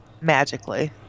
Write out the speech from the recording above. magically